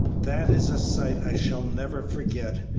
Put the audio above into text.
that is a sight i shall never forget,